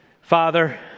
Father